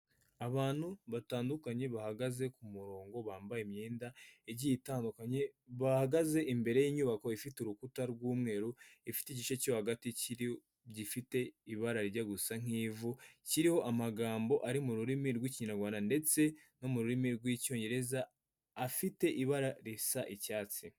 Abantu batandukanye bahagaze ku murongo bambaye imyenda igiye itandukanye bahagaze imbere y'inyubako ifite urukuta rw'umweru, ifite igice cyo hagati kiri gifite ibara rijya gusa nk'ivu kiriho amagambo ari mu rurimi rw'ikinyarwanda ndetse no mu rurimi rw'icyongereza afite ibara risa icyatsi.